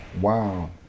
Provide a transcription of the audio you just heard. wow